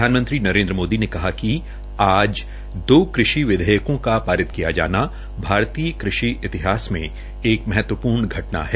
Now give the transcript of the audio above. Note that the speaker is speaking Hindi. प्रधानमंत्री नरेन्द्र मोदी ने कहा कि आज दो कृषि विधेयकों का पारित किया जाना भारतीय कृषि इतिहास में एक महत्वपूर्ण घटना है